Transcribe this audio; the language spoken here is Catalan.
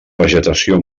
vegetació